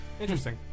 Interesting